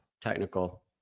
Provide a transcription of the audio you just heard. technical